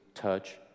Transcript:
touch